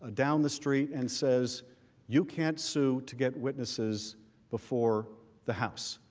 ah down the street and says you can't sue to get witnesses before the house.